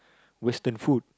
Western food